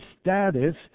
status